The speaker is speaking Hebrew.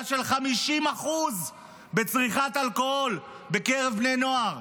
של 50% בצריכת אלכוהול בקרב בני נוער,